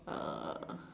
uh